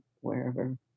wherever